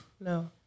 No